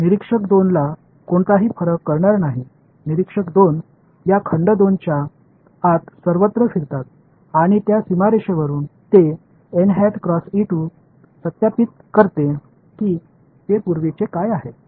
निरीक्षक 2 ला कोणताही फरक कळणार नाही निरीक्षक 2 या खंड 2 च्या आत सर्वत्र फिरतात आणि त्या सीमारेषेवरून ते सत्यापित करते की हे पूर्वीचे काय आहे